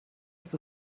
ist